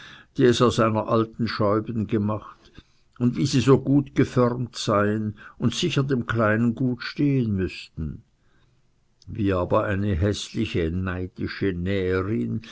die es aus einer alten scheuben gemacht und wie sie so gut geförmt seien und sicher dem kleinen gut stehen müßten wie aber eine häßliche neidische näherin